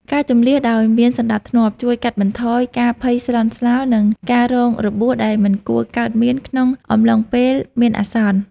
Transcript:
ការជម្លៀសដោយមានសណ្តាប់ធ្នាប់ជួយកាត់បន្ថយការភ័យស្លន់ស្លោ និងការរងរបួសដែលមិនគួរកើតមានក្នុងអំឡុងពេលមានអាសន្ន។